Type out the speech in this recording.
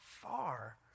far